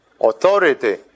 Authority